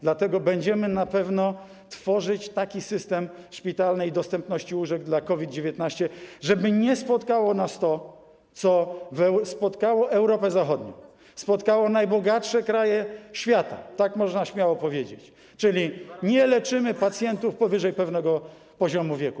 Dlatego będziemy na pewno tworzyć taki system szpitalnej dostępności łóżek dla chorych na COVID-19, żeby nie spotkało nas to, co spotkało Europę Zachodnią, spotkało najbogatsze kraje świata - tak można śmiało powiedzieć - czyli: nie leczymy pacjentów powyżej pewnego poziomu wieku.